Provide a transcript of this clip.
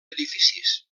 edificis